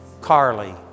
Carly